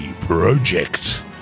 Project